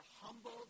humble